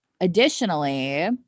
Additionally